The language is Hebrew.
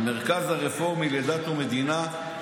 המרכז הרפורמי לדת ומדינה,